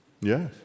Yes